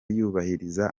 yubahiriza